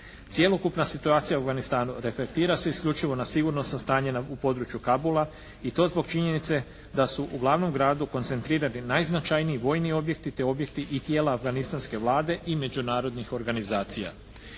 Cjelokupna situacija u Afganistanu reflektira se isključivo na sigurnosno stanje u području Kabula i to zbog činjenice da su u glavnom gradu koncentrirani najznačajniji vojni objekti te objekti i tijela afganistanske Vlade i međunarodnih organizacija.